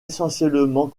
essentiellement